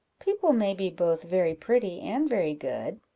people may be both very pretty and very good?